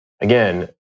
again